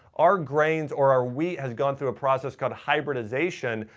our grains or our wheat has gone through a process called a hybridization,